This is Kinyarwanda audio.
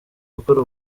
gukora